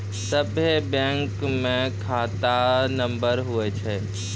सभे बैंकमे खाता नम्बर हुवै छै